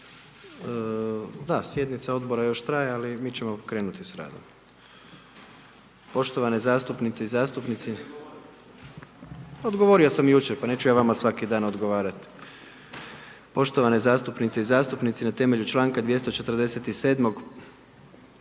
Da, sjednica Odbora još traje, ali mi ćemo krenuti s radom. Poštovane zastupnice i zastupnici, odgovorio sam jučer, pa neću ja vama svaki dan odgovarati. Poštovane zastupnice i zastupnici na temelju čl. 247.,